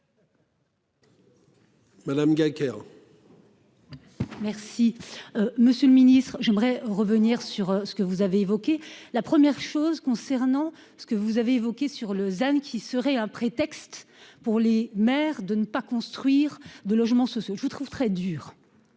ça. Calcaire. Merci, monsieur le Ministre, j'aimerais revenir sur ce que vous avez évoqué, la première chose concernant ce que vous avez évoqués sur le Lausanne qui serait un prétexte pour les mères de ne pas construire de logements sociaux. Je vous trouve très dur.